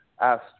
asked